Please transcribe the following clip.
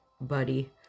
buddy